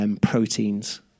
proteins